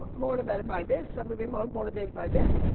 motivated by this, some will be more motivated by this,